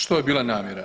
Što je bila namjera?